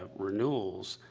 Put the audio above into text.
ah renewals,